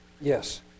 yes